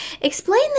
explain